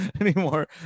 anymore